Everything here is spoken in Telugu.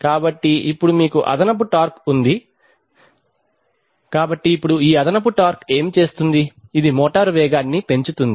కాబట్టి ఇప్పుడు మీకు అదనపు టార్క్ ఉంది కాబట్టి ఇప్పుడు ఈ అదనపు టార్క్ ఏమి చేస్తుంది ఇది మోటారు వేగాన్ని పెంచుతుంది